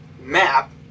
map